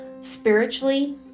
spiritually